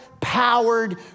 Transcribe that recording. powered